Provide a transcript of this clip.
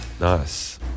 nice